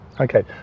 Okay